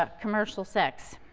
ah commercial sex.